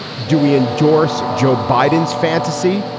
do we endorse joe biden's fantasy,